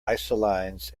isolines